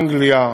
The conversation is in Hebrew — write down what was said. אנגליה,